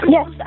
Yes